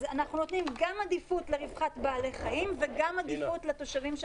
אז אנחנו נותנים גם עדיפות לרווחת בעלי החיים וגם עדיפות לתושבים,